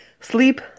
sleep